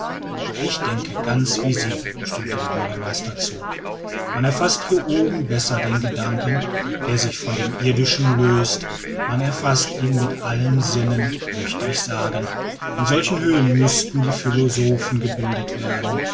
ich denke ganz wie sie stimmte der bürgermeister zu man erfaßt hier oben besser den gedanken der sich von dem irdischen löst man erfaßt ihn mit allen sinnen möchte ich sagen in solchen höhen müßten die philosophen gebildet werden